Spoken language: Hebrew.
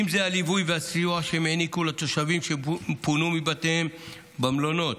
ואם זה בליווי והסיוע שהם העניקו לתושבים שפונו מבתיהם למלונות,